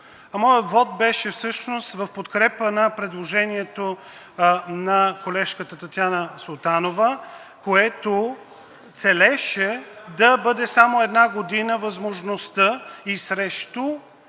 Моят вот беше всъщност в подкрепа на предложението на колежката Татяна Султанова, което целеше да бъде само една година възможността и срещу